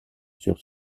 sur